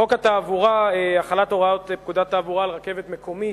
חוק התעבורה (החלת הוראות פקודת התעבורה על רכבת מקומית):